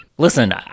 Listen